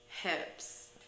hips